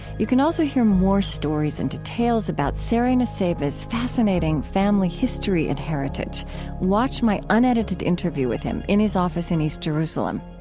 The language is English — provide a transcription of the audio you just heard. you can also hear more stories and details about sari nusseibeh's fascinating family history and heritage watch my unedited interview with him in his office in east jerusalem.